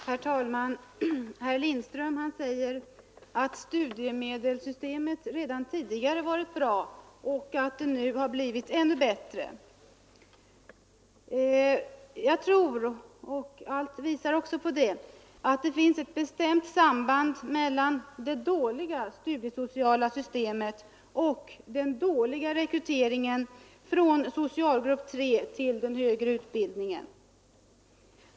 Herr talman! Herr Lindström säger att studiemedelssystemet redan tidigare var bra och nu har blivit ännu bättre. Jag tror — och allt tyder på att det är riktigt — att det finns ett bestämt samband mellan det dåliga studiesociala systemet och den dåliga rekryteringen från socialgrupp 3 till den högre utbildningen.